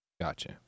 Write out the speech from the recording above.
Gotcha